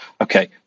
okay